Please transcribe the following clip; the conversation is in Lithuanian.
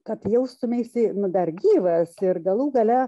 kad jaustumeisi nu dar gyvas ir galų gale